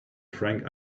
frank